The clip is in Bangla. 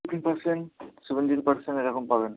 ফিফটিন পারসেন্ট সেভেন্টিন পারসেন্ট এরকম পাবেন